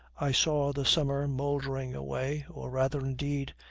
i saw the summer mouldering away, or rather, indeed,